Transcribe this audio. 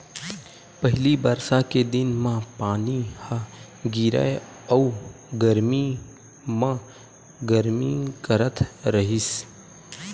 पहिली बरसा के दिन म पानी ह गिरय अउ गरमी म गरमी करथ रहिस